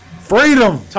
Freedom